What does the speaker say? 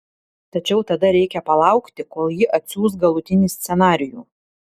tačiau tada reikia palaukti kol ji atsiųs galutinį scenarijų